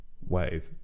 Wave